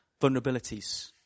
vulnerabilities